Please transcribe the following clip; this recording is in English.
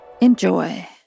enjoy